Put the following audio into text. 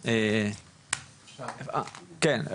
כן,